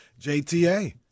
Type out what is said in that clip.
JTA